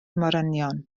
morynion